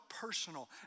personal